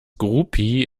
groupie